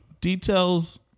details